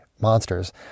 monsters